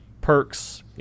perks